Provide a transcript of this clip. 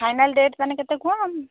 final date ତା'ହେଲେ କେତେ କୁହ